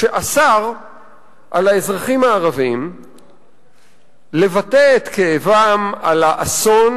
והוא אסר על האזרחים הערבים לבטא את כאבם על האסון